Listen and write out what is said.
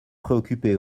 préoccupé